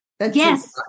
Yes